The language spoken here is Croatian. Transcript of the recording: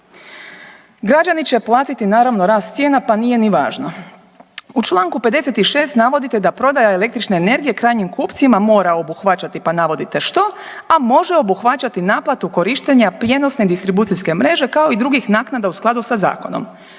Građani će platiti naravno rast cijena, pa nije ni važno. U čl. 56. navodite da prodaja električne energije krajnjim kupcima mora obuhvaćati, pa navodite što, a može obuhvaćati naplatu korištenja prijenosne distribucijske mreže, kao i drugih naknada u skladu sa zakonom.